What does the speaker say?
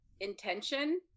intention